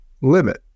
limit